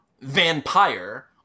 Vampire